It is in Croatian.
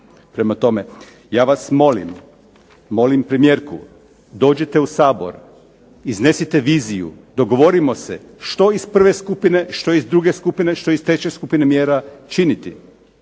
Prema tome ja vas molim, molim premijerku, dođite u Sabor, iznesite viziju, dogovorimo se što iz prve skupine, što iz druge skupine, što iz treće skupine mjera činiti